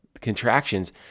contractions